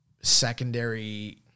secondary